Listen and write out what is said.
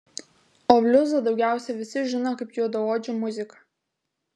o bliuzą daugiausiai visi žino kaip juodaodžių muziką